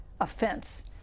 offense